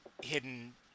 hidden